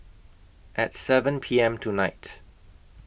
At seven P M tonight